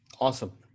awesome